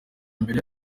imbere